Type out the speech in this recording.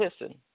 listen